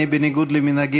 בניגוד למנהגי,